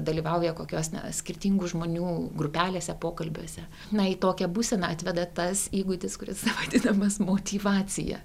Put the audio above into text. dalyvauja kokios na skirtingų žmonių grupelėse pokalbiuose ne į tokią būseną atveda tas įgūdis kuris vadinamas motyvacija